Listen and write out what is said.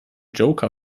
joker